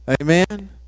Amen